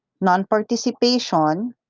non-participation